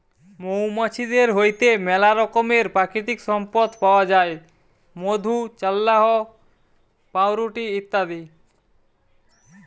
মৌমাছিদের হইতে মেলা রকমের প্রাকৃতিক সম্পদ পথ যায় মধু, চাল্লাহ, পাউরুটি ইত্যাদি